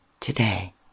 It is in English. today